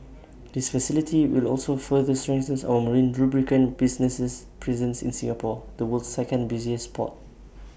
this facility will also further strengthen our marine lubricant business's presence in Singapore the world's second busiest port